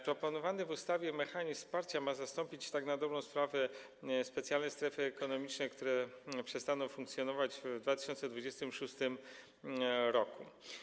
Proponowany w ustawie mechanizm wsparcia ma zastąpić tak na dobrą sprawę specjalne strefy ekonomiczne, które przestaną funkcjonować w 2026 r.